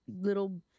little